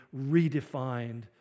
redefined